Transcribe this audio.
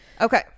Okay